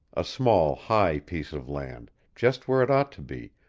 a small, high piece of land, just where it ought to be,